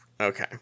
Okay